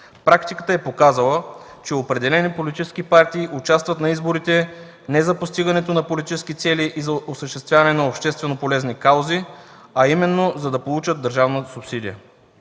Практиката е показала, че определени политически партии участват на изборите не за постигането на политически цели и за осъществяване на обществено полезни каузи, а именно за да получат държавна субсидия.